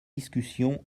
discussion